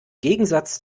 gegensatz